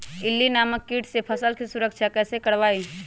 इल्ली नामक किट से फसल के सुरक्षा कैसे करवाईं?